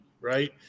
right